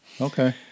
Okay